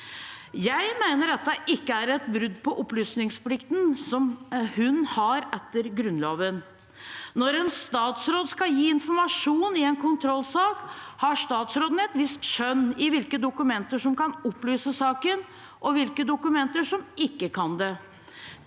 Jeg mener dette ikke er et brudd på opplysningsplikten hun har etter Grunnloven. Når en statsråd skal gi informasjon i en kontrollsak, har statsråden et visst skjønn i hvilke dokumenter som kan opplyse saken, og hvilke dokumenter som ikke kan det.